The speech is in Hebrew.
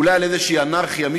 אולי על אנרכיה כלשהי,